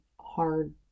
hard